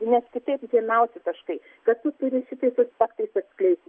nes kitaip žemiausi taškai kad tu turėsi tiesiog faktais atskleisti